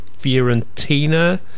Fiorentina